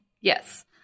Yes